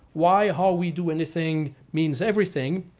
why how we do anything means everything,